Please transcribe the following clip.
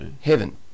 heaven